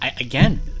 again